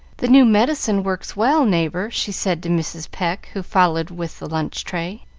the new medicine works well, neighbor, she said to mrs. pecq, who followed with the lunch tray.